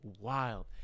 wild